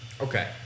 Okay